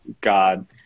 God